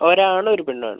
ഒരു ആണും ഒരു പെണ്ണും ആണ്